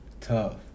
Tough